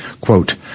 quote